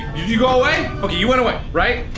you go away? okay, you went away. right?